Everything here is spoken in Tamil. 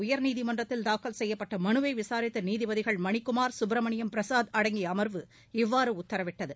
உயர்நீதிமன்றத்தில் தாக்கல் செய்யப்பட்ட மனுவை விசாரித்த நீதிபதிகள் மணிக்குமார் சுப்பிரமணியம் பிரசாத் அடங்கிய அமர்வு இவ்வாறு உத்தரவிட்டது